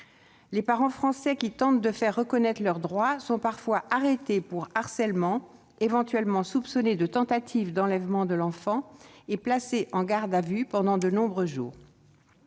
Les parents français qui tentent de faire reconnaître leurs droits sont parfois arrêtés pour harcèlement, éventuellement soupçonnés de tentative d'enlèvement de l'enfant et placés en garde à vue pendant de nombreux jours.